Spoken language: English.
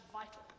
vital